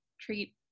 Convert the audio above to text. treat